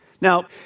Now